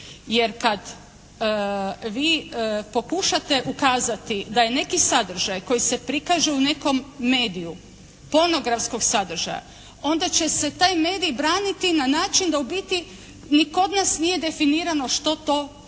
jer kad vi pokušate ukazati da je neki sadržaj koji se prikaže u nekom mediju pornografskog sadržaja onda će se taj medij braniti na način da u biti ni kod nas nije definirano što to